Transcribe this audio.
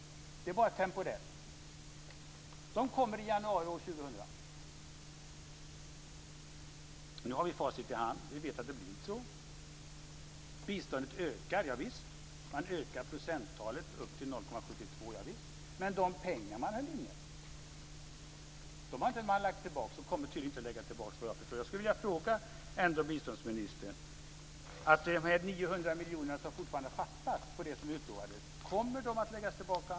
Det är bara temporärt. De kommer i januari år 2000. Nu har vi facit i hand. Vi vet att det inte blir så. Men de pengar som hölls inne har inte lagts tillbaka, och kommer tydligen inte att läggas tillbaka. Kommer de 900 miljoner kronor som fortfarande fattas av det som har utlovats att läggas tillbaka?